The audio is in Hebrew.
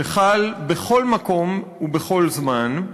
שחל בכל מקום ובכל זמן,